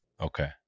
okay